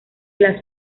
las